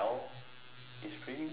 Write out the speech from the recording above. it's pretty nice